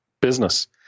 business